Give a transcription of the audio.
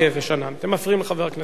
אתם מפריעים לחבר הכנסת אלסאנע.